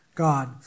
God